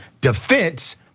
defense